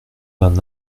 d’un